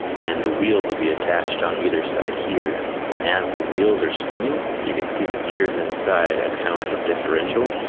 and the wheels will be attached on either side here. and as the wheels are spinning, you can see the gears inside as kind of like a differential,